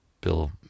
Bill